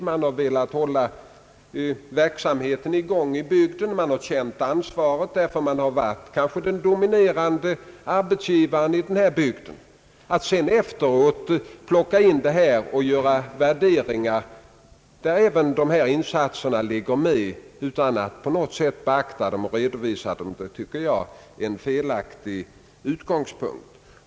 Domänverket har velat hålla verksamheten i gång och har känt ansvaret för att man kanske varit den dominerande arbetsgivaren i bygden. Jag tycker att man har en felaktig utgångspunkt om man efteråt gör värderingar, varvid även dessa insatser kommer med utan att man på något sätt beaktar och redovisar dem.